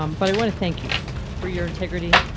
um but i want to thank you for your integrity.